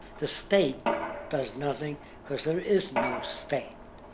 the state does nothing because there is no state.